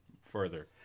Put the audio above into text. further